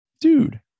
Dude